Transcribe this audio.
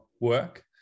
work